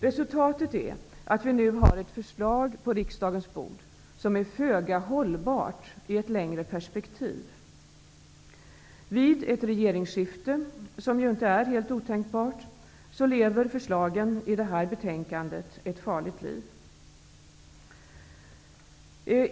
Resultatet är att vi nu har ett förslag på riksdagens bord som är föga hållbart i ett längre perspektiv. Vid ett regeringsskifte, som ju inte är helt otänkbart, lever förslagen i det här betänkandet ett farligt liv.